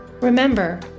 Remember